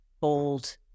bold